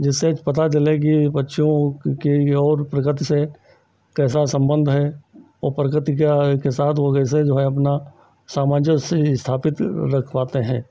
जिससे पता चले कि पक्षियों की और प्रकृति से कैसा सम्बन्ध है और प्रकृति क्या के साथ वह कैसे जो है अपना सामन्जस्य स्थापित रख पाते हैं